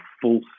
full